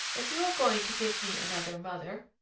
if you're going to give me another mother,